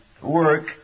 work